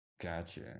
Gotcha